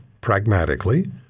pragmatically